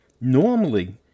Normally